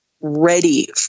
ready